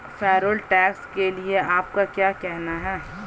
Payroll tax के लिए आपका क्या कहना है?